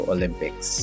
Olympics